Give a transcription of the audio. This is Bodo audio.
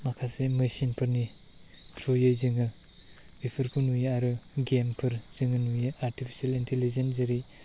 माखासे मिसिन फोरनि थ्रुयै जोङो बेफोरखौ नुयो आरो गेम फोर जोङो नुयो आरटिपेसिल इन्थिलिजेन जेरै